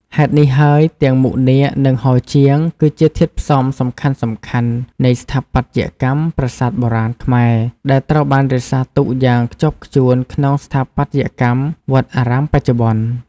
ហេតុនេះហើយ ទាំងមុខនាគ និងហោជាង គឺជាធាតុផ្សំសំខាន់ៗនៃស្ថាបត្យកម្មប្រាសាទបុរាណខ្មែរ ដែលត្រូវបានរក្សាទុកយ៉ាងខ្ជាប់ខ្ជួនក្នុងស្ថាបត្យកម្មវត្តអារាមបច្ចុប្បន្ន។